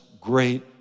great